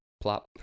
Plop